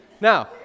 Now